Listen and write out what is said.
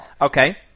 Okay